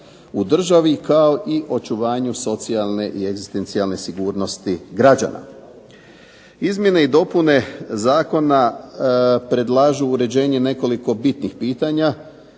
u državi kao i očuvanju socijalne i egzistencijalne sigurnosti građana. Izmjene i dopune zakona predlažu uređenje nekoliko bitnih pitanja,